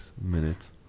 minutes